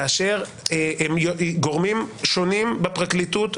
כאשר גורמים שונים בפרקליטות,